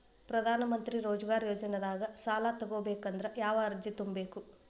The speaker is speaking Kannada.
ಪ್ರಧಾನಮಂತ್ರಿ ರೋಜಗಾರ್ ಯೋಜನೆದಾಗ ಸಾಲ ತೊಗೋಬೇಕಂದ್ರ ಯಾವ ಅರ್ಜಿ ತುಂಬೇಕು?